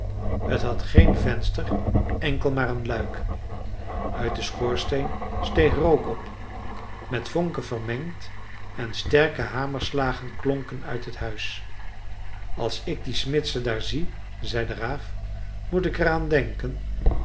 t had geen venster enkel maar een luik uit den schoorsteen steeg rook op met vonken vermengd en sterke hamerslagen klonken uit het huis als ik die smidse daar zie zei de raaf moet ik er aan denken